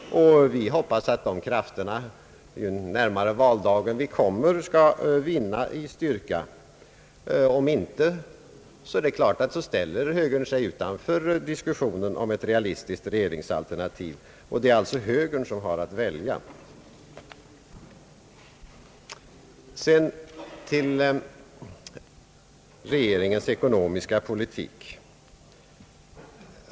Vi hoppas att de krafterna skall vinna i styrka ju närmare valdagen vi kommer. Om inte, så är det klart att högern ställer sig utanför diskussionen om ett realistiskt regeringsalternativ. Det är alltså högern som har att välja. Så kommer jag till regeringens ekonomiska politik.